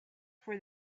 for